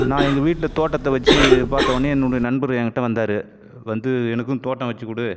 நான் எங்கள் வீட்டில் தோட்டத்தை வெச்சு பார்த்தவொன்னே என்னோடய நண்பர் என் கிட்டே வந்தார் வந்து எனக்கும் தோட்டம் வெச்சு கொடு